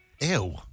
Ew